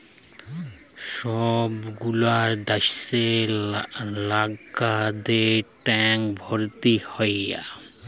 সব গুলা দ্যাশের লাগরিকদের ট্যাক্স ভরতে হ্যয়